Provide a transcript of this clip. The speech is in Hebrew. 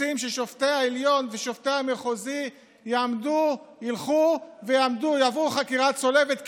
רוצים ששופטי העליון ושופטי המחוזי ילכו ויעברו ויעמדו בחקירה צולבת,